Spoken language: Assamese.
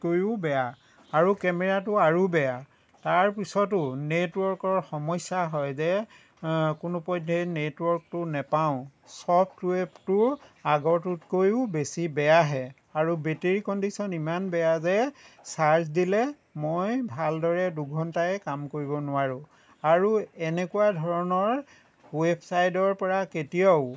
টোতকৈও বেয়া আৰু কেমেৰাটো আৰু বেয়া তাৰ পিছতো নেটৱৰ্কৰ সমস্যা হয় যে কোনোপধ্যেই নেটৱৰ্কটো নেপাওঁ ছফটৱেৰটো আগৰটোতকৈও বেছি বেয়াহে আৰু বেটেৰী কণ্ডীচন ইমান বেয়া যে ছাৰ্জ দিলে মই ভালদৰে দুঘণ্টাই কাম কৰিব নোৱাৰোঁ আৰু এনেকুৱা ধৰণৰ ৱেবছাইডৰ পৰা কেতিয়াও